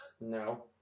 No